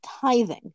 tithing